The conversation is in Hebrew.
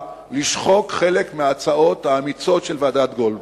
לשחוק חלק מההצעות האמיצות של ועדת-גולדברג.